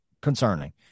Concerning